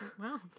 Wow